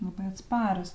labai atsparūs